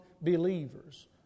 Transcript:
believers